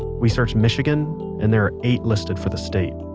we searched michigan and there are eight listed for the state.